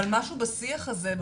אבל משהו בשיח הזה,